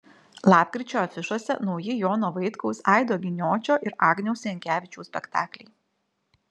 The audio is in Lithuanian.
lapkričio afišose nauji jono vaitkaus aido giniočio ir agniaus jankevičiaus spektakliai